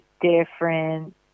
different